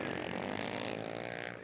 ah